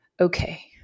okay